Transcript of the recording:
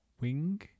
Wing